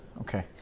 Okay